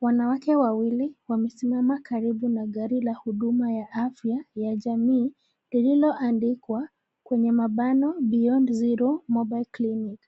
Wanawake wawili wamesimama karibu na gari la huduma ya afya ya jamii lilio andikwa Beyond Zero mobile clinic.